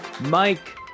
Mike